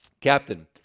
captain